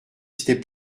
c’était